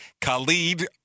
Khalid